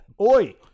Oi